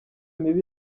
mibi